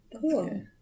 Cool